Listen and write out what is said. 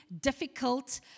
difficult